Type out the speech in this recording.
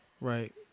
Right